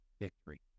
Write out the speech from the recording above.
victory